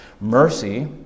Mercy